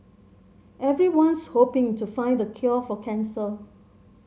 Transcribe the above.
everyone's hoping to find the cure for cancer